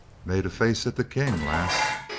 made a face at the king, lass!